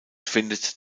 findet